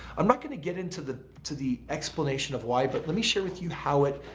i'm not going to get into the to the explanation of why but let me share with you how it,